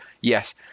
Yes